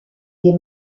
des